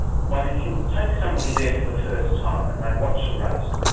but if you take somebody there for the first time and they watch a race,